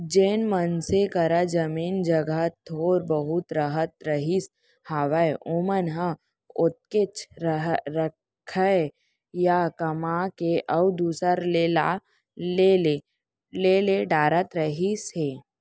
जेन मनसे करा जमीन जघा थोर बहुत रहत रहिस हावय ओमन ह ओतकेच रखय या कमा के अउ दूसर के ला ले डरत रहिस हे